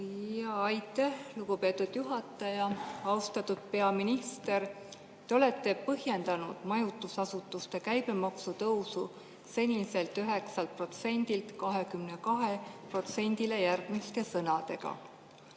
Aitäh, lugupeetud juhataja! Austatud peaminister! Te olete põhjendanud majutusasutuste käibemaksu tõusu seniselt 9%‑lt 22%‑le järgmiste sõnadega.